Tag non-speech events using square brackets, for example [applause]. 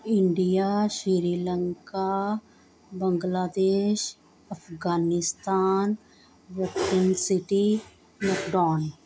India Sri Lanka Bangladesh Afghanistan [unintelligible] city [unintelligible]